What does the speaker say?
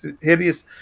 hideous